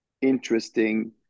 interesting